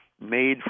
made